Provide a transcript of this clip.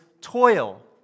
toil